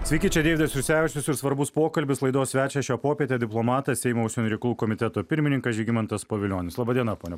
sveiki čia deividas jursevičius ir svarbus pokalbis laidos svečias šią popietę diplomatas seimo užsienio reikalų komiteto pirmininkas žygimantas pavilionis laba diena ponia